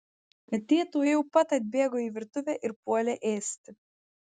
katė tuojau pat atbėgo į virtuvę ir puolė ėsti